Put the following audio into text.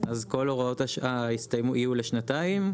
אז כל הוראות השעה יהיו לשנתיים,